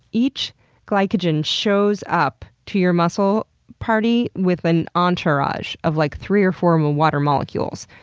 each glycogen shows up to your muscle party with an entourage of like three or four um ah water molecules.